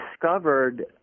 Discovered